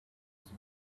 his